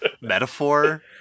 metaphor